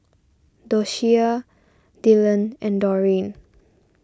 Doshia Dyllan and Dorine